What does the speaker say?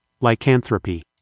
Lycanthropy